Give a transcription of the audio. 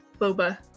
Boba